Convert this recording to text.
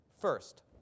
First